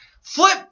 Flip